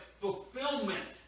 fulfillment